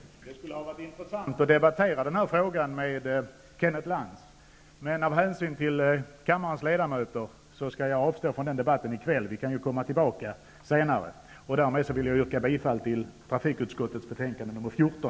Fru talman! Det skulle ha varit intressant att få debattera denna fråga med Kenneth Lantz. Men av hänsyn till kammarens ledamöter skall jag avstå från den debatten i kväll. Vi kan komma tillbaka till den senare. Härmed vill jag yrka bifall till hemställan i trafikutskottets betänkande nr 14.